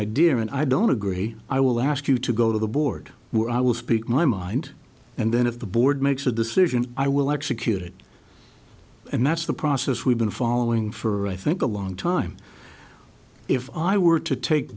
idea and i don't agree i will ask you to go to the board were i will speak my mind and then if the board makes a decision i will execute it and that's the process we've been following for i think a long time if i were to take